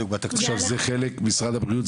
עכשיו משרד הבריאות,